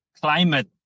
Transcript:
climate